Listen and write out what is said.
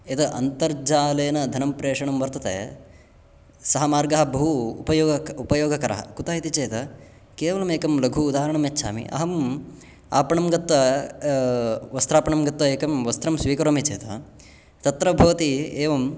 यत् अन्तर्जालेन धनं प्रेषणं वर्तते सः मार्गः बहु उपयोगक् उपयोगकरः कुतः इति चेत् केवलमेकं लघु उदाहरणं यच्छामि अहम् आपणं गत्वा वस्त्रापणं गत्वा एकं वस्त्रं स्वीकरोमि चेत् तत्र भवति एवम्